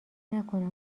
نکنم